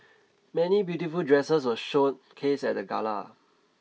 many beautiful dresses were showcased at the gala